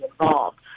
involved